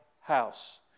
house